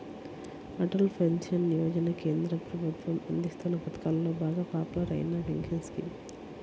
Atal pension Yojana కేంద్ర ప్రభుత్వం అందిస్తోన్న పథకాలలో బాగా పాపులర్ అయిన పెన్షన్ స్కీమ్